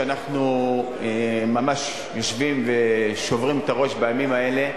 שאנחנו ממש יושבים ושוברים את הראש לגביו בימים האלה,